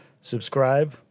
subscribe